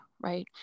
right